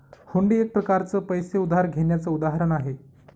हुंडी एक प्रकारच पैसे उधार घेण्याचं उदाहरण आहे